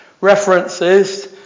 references